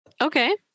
Okay